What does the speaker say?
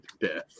death